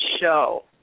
show